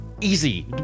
easy